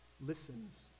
listens